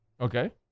Okay